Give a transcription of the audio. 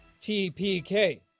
tpk